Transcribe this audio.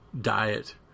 diet